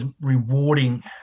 rewarding